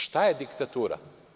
Šta je diktatura?